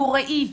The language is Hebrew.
נוראי,